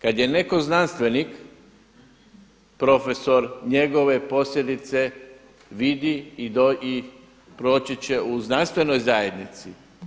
Kada je netko znanstvenik, profesor, njegove posljedice vidi i proći će u znanstvenoj zajednici.